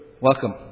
welcome